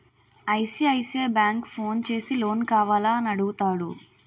ICICI bank phone చేసి loan కావాల అని అడుగుతాడు